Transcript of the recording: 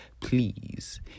Please